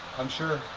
i'm sure.